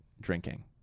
drinking